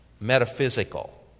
metaphysical